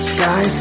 Sky